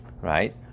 right